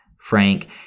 Frank